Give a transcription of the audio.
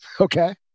Okay